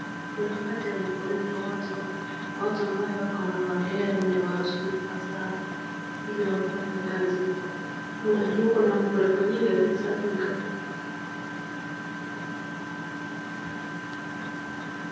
Ni wakati wa mafuriko, watu ambao wako na magari ndio wanasumbuka sana ili wafanye kazi. Kwa picha hiyo kuna mafuriko nyingi huwezi fanya kazi.